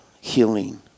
Healing